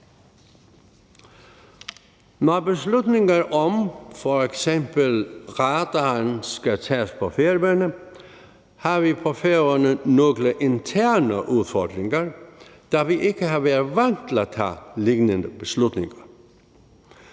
beslutninger om radaren skal tages på Færøerne, har vi på Færøerne nogle interne udfordringer, da vi ikke har været vant til at tage lignende beslutninger.